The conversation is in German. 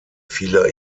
viele